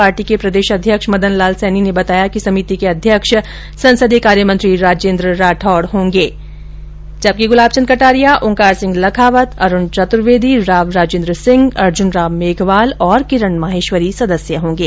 party के प्रदेशाध्यक्ष मदनलाल सैनी ने बताया कि समिति के अध्यक्ष संसदीय कार्य मंत्री राजेन्द्र राठौड़ होंगे जबकि गुलाबचंद कटारिया ओंकार सिंह लखावत अरुण चतुर्वेदी राव राजेन्द्र सिंह अर्जुनराम मेघवाल और किरण माहेश्वरी सदस्य होंगे